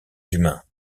d’humain